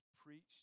preached